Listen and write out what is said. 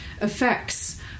effects